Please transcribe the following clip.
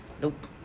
Nope